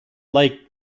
like